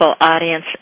audience